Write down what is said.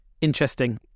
interesting